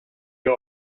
wir